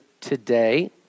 today